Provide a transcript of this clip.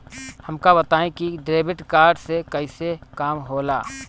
हमका बताई कि डेबिट कार्ड से कईसे काम होला?